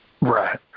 Right